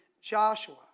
Joshua